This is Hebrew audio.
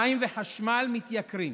מים וחשמל מתייקרים